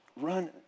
run